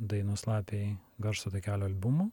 dainos lapei garso takelio albumo